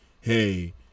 hey